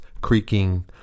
creaking